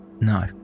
No